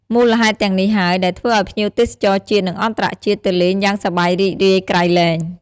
មូលហេតុទាំងនេះហើយ ដែលធ្វើឲ្យភ្ញៀវទេសចរជាតិ និងអន្តរជាតិទៅលេងយ៉ាងសប្បាយរីករាយក្រៃលែង។